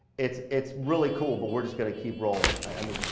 it's it's really cool, but we're just gonna keep rolling. i mean,